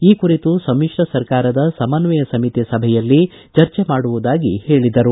ಈ ಕುರಿತು ಸಮಿಶ್ರ ಸರ್ಕಾರದ ಸಮನ್ವಯ ಸಮಿತಿ ಸಭೆಯಲ್ಲಿ ಚರ್ಚೆ ಮಾಡುವುದಾಗಿ ಹೇಳಿದರು